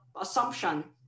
assumption